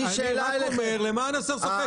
תוסיפו את זה למען הסר ספק.